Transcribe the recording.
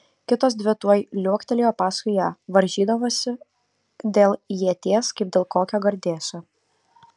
kitos dvi tuoj liuoktelėjo paskui ją varžydamosi dėl ieties kaip dėl kokio gardėsio